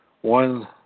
one